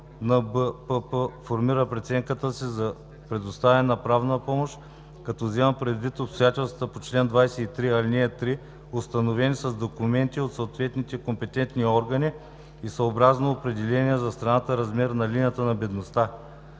1, НБПП формира преценката си за предоставяне на правна помощ, като взема предвид обстоятелствата по чл. 23, ал. 3, установени с документи от съответните компетентни органи и съобразно определения за страната размер на линията на бедност.“